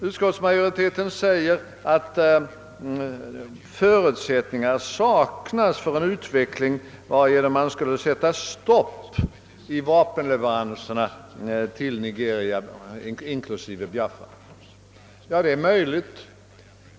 Utskottsmajoriteten säger att förutsättningar saknas för en utveckling varigenom man skulle sätta stopp för vapenleveranserna till Nigeria, inklusive Biafra. Ja, det är möjligt.